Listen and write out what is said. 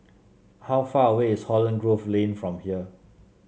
how far away is Holland Grove Lane from here